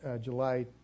July